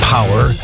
Power